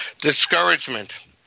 Discouragement